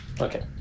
Okay